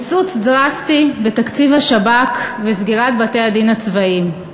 קיצוץ דרסטי בתקציב השב"כ וסגירת בתי-הדין הצבאיים.